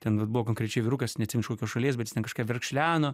ten vat buvo konkrečiai vyrukas neatsimenu iš kokios šalies bet jis kažką verkšleno